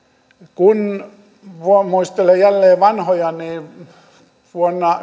kun muistelee jälleen vanhoja niin vuonna